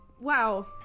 Wow